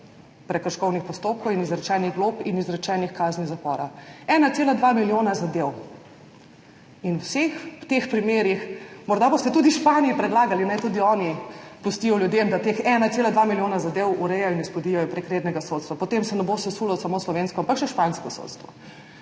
prekrškovnih postopkov, izrečenih glob in izrečenih kazni zapora. 1,2 milijona zadev! In v vseh teh primerih, morda boste tudi Španiji predlagali, naj tudi oni pustijo ljudem, da teh 1,2 milijona zadev urejajo in izpodbijajo prek rednega sodstva, potem se ne bo sesulo samo slovensko, ampak še špansko sodstvo.